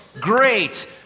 great